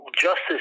Justice